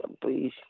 please